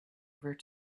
over